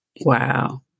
Wow